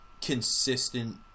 consistent